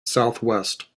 southwest